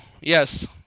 yes